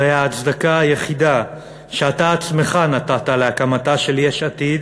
הרי ההצדקה היחידה שאתה עצמך נתת להקמתה של יש עתיד